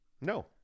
No